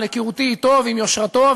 אבל מהיכרותי עמו ועם יושרתו,